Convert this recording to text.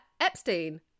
Epstein